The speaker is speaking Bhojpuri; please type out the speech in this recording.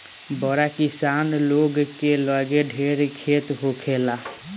बड़ किसान लोग के लगे ढेर खेत होखेला